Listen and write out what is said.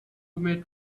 met